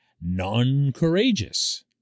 non-courageous